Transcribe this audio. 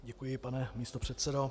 Děkuji, pane místopředsedo.